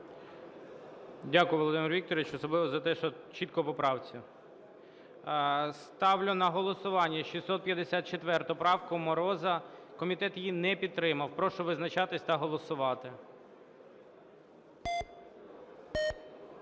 Дякую, Володимире Вікторовичу, особливо за те, що чітко по поправці. Ставлю на голосування 654 правку Мороза. Комітет її не підтримав. Прошу визначатись та голосувати.